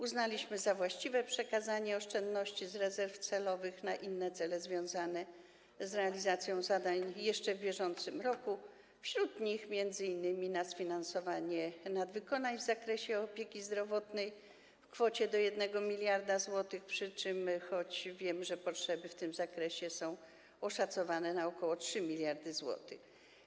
Uznaliśmy za właściwe przekazanie oszczędności z rezerw celowych na inne cele związane z realizacją zadań jeszcze w bieżącym roku, wśród nich m.in. na sfinansowanie nadwykonań w zakresie opieki zdrowotnej w kwocie do 1 mld zł, choć wiem, że potrzeby w tym zakresie są oszacowane na ok. 3 mld zł.